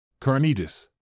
Carnitas